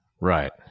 Right